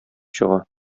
чыга